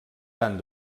tant